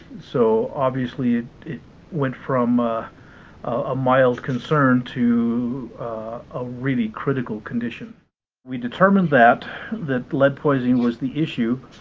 so obviously it went from ah a mild concern to a really critical condition we determined that that lead poisoning was the issue,